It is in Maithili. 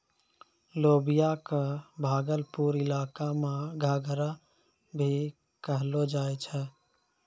लोबिया कॅ भागलपुर इलाका मॅ घंघरा भी कहलो जाय छै